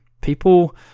people